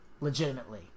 Legitimately